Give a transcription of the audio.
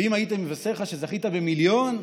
ואם הייתי מבשר לך שזכית במיליון?